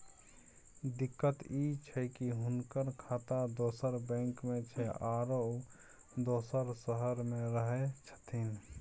दिक्कत इ छै की हुनकर खाता दोसर बैंक में छै, आरो उ दोसर शहर में रहें छथिन